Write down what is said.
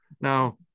now